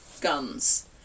guns